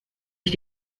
ich